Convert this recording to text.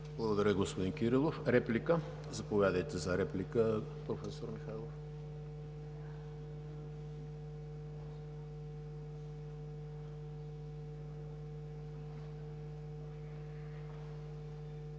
Благодаря Ви, господин Кирилов. Реплика? Заповядайте за реплика, професор Михайлов.